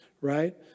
right